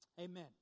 Amen